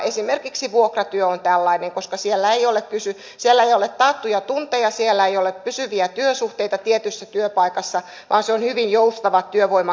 esimerkiksi vuokratyö on tällainen koska siellä ei ole taattuja tunteja siellä ei ole pysyviä työsuhteita tietyssä työpaikassa vaan se on hyvin joustava työvoiman käyttömuoto